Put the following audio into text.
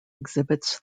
exhibits